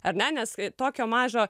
ar ne nes tokio mažo